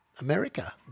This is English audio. America